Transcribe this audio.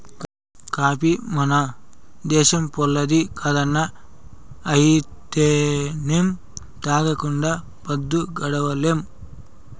coffee మన దేశంపోల్లది కాదన్నా అయితేనేం తాగకుండా పద్దు గడవడంలే